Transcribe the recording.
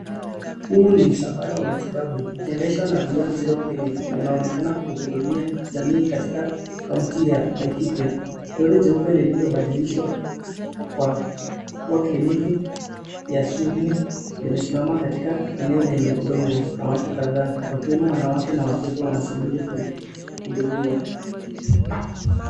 Huu ni msafara wa matibabu ukiendeshwa na beyond zero clini na unaonekana kuhudumia jamii katika kaunti ya Laikipia. Lori jeupe lililobadilishwa kwa kuwa kliniki ya simu limesimama katika eneo lenye udongo na watu kadhaa wakiwemo wanawake na watoto wanasubiri kuhudumiwa.